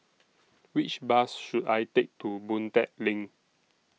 Which Bus should I Take to Boon Tat LINK